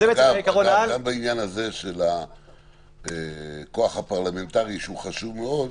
גם בעניין הזה של הכוח הפרלמנטרי, שהוא חשוב מאוד,